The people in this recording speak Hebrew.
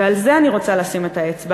ועל זה אני רוצה לשים את האצבע,